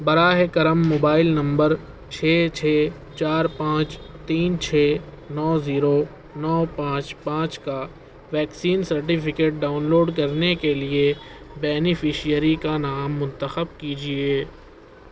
براہ کرم mobile number چھ چھ چار پانچ تین چھ نو زیرو نو پانچ پانچ کا ویکسین سرٹیفکیٹ ڈاؤنلوڈ کرنے کے لیے بینیفشیری کا نام منتخب کیجیے